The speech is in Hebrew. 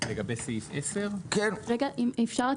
אם אפשר,